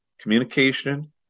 communication